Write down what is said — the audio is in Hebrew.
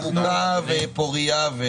עבודה פורייה.